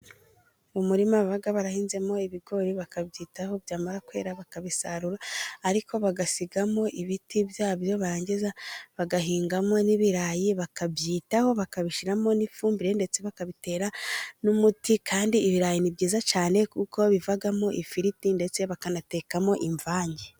Umurima baba barahinzemo ibigori, bakabyitaho. Byamara kwera bakabisarura, ariko bagasigamo ibiti byabyo. Barangiza bagahingamo n'ibirayi bakabyitaho bakabishyiramo n'ifumbire, ndetse bakabitera n'umuti. Kandi ibirayi ni byiza cyane kuko bivamo ifiriti ndetse bakanatekamo imvange.